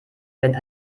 werden